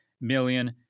million